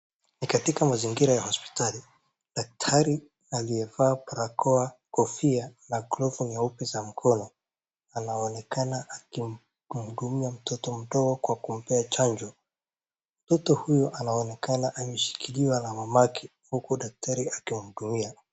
Katika mazingira ya hospitali daktari aliyevaa barakoa kofia na glovu nyeupe za mkono anaonekana akimhudumia mtoto mdogo kwa kumpea chanjo mtoto huyu anaonekana ameshikiliwa na mamake huku daktari akimtumia.